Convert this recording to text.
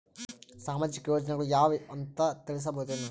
ಸಾಮಾಜಿಕ ಯೋಜನೆಗಳು ಯಾವ ಅವ ಅಂತ ತಿಳಸಬಹುದೇನು?